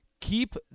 keep